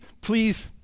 please